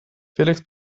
felix